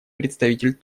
представитель